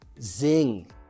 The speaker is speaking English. zing